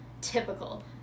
typical